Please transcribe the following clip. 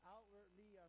Outwardly